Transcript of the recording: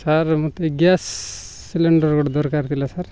sir ମୋତେ gas cylinder ଗୋଟେ ଦରକାର ଥିଲା ସାର୍